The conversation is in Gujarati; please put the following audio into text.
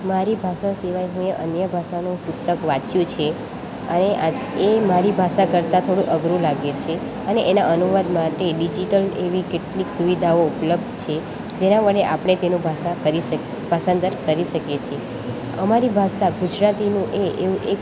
મારી ભાષા સિવાય કોઈ અન્ય ભાષાનું પુસ્તક વાંચ્યું છે હવે એ મારી ભાષા કરતાં થોડું અઘરું લાગ્યું છે અને એના અનુવાદ માટે ડિજિટલ એવી કેટલીક સુવિધાઓ ઉપલબ્ધ છે જેના વડે આપણે તેનું ભાષા કરીસ ભાષાંતર કરી શકીએ છીએ અમારી ભાષા ગુજરાતીનું એ એવું એક